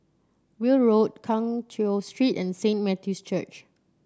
Weld Road Keng Cheow Street and Saint Matthew's Church